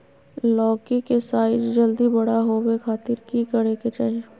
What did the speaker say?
लौकी के साइज जल्दी बड़ा होबे खातिर की करे के चाही?